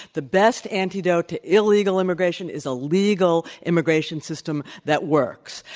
the best antidote to illegal immigration is a legal immigration system that works.